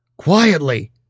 Quietly